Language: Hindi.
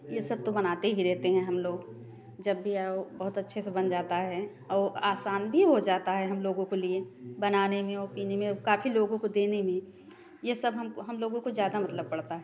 यह सब तो बनाते ही रहते हैं हम लोग जब भी आओ बहुत अच्छे बन जाता हैं और आसान भी हो जाता है हम लोगों को लिए बनाने में और पीने में काफ़ी लोगों को देने में यह सब हम हम लोगों को ज़्यादा मतलब पड़ता है